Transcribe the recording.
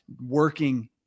working